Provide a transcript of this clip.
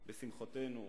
בשמחותינו,